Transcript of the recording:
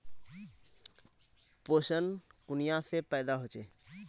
पोषण कुनियाँ से पैदा होचे?